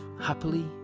happily